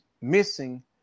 missing